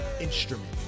instrument